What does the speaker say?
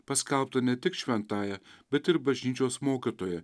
paskelbtą ne tik šventąja bet ir bažnyčios mokytoja